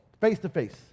face-to-face